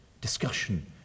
discussion